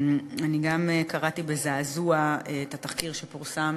גם אני קראתי בזעזוע את התחקיר שפורסם